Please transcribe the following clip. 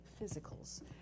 physicals